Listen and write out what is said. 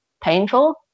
painful